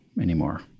anymore